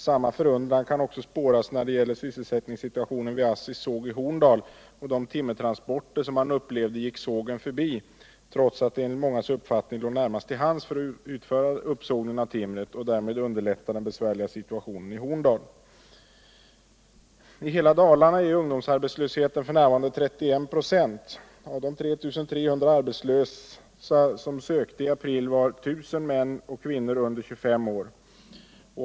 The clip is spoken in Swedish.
Samma förundran kan också spåras när det gäller sysselsättningssituationen vid ASSI:s såg i Horndal och de timmertransporter som man upplevde gick sågen förbi, trots att den enligt mångas uppfattning låg närmast till hands för att utföra uppsågningen av timret och att man därmed kunde underlättat den besvärliga situationen i Horndal. I hela Dalarna är ungdomsarbetslösheten f. n. 31 96. Av de 3 300 arbetslösa som sökte arbete i april var I 000 män och kvinnor under 25 år.